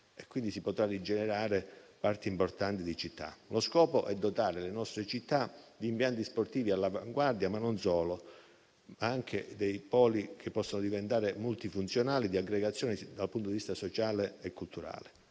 quindi rigenerare parti importanti di città. Lo scopo è dotare le nostre città di impianti sportivi all'avanguardia, ma non solo, anche di poli che possono diventare multifunzionali e di aggregazione dal punto di vista sociale e culturale.